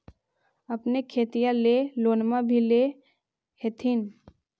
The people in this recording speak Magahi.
अपने खेतिया ले लोनमा भी ले होत्थिन?